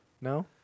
No